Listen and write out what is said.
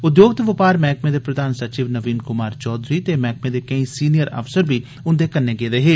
उद्योग ते बपार मैहकमे दे प्रधान सचिव नवीन कुमार चौधरी ते मैहकमे दे केई सीनियर अफसर बी उन्दे कन्नै गेदे हे